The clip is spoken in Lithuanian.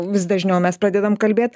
vis dažniau mes pradedam kalbėt